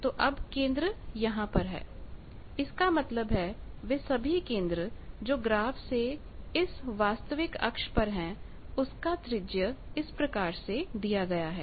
तो अब केंद्र यहां पर है इसका मतलब है वे सभी केंद्र जो ग्राफ के इस वास्तविक अक्ष पर हैं उसका त्रिज्या इस प्रकार से दिया गया है